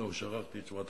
נו, שכחתי את שמו.